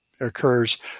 occurs